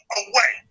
away